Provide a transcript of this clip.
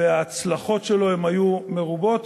וההצלחות שלו היו מרובות.